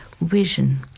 vision